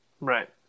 Right